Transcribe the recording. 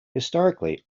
historically